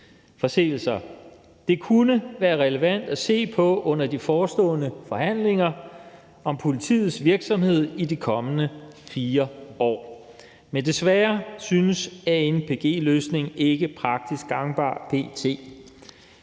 Det kunne være relevant at se på under de forestående forhandlinger om politiets virksomhed i de kommende år, men desværre synes anpg-løsningen ikke praktisk gangbar p.t.